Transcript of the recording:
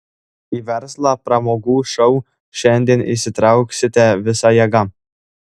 į verslą pramogų šou šiandien įsitrauksite visa jėga